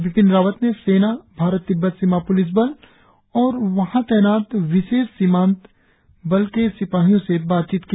बिपिन रावत ने सेना भारत तिब्बत सीमा पुलिस और वहां तैनात विशेष सीमांत बल के सिपाहियों से बातचीत की